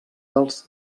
dels